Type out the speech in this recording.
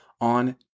on